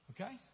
Okay